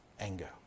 Anger